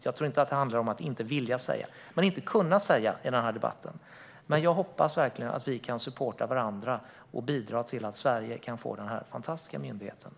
Jag tror inte att det handlar om att inte vilja säga det, utan om att inte kunna säga det i den här debatten. Men jag hoppas verkligen att vi kan supporta varandra och bidra till att Sverige kan få denna fantastiska myndighet hit.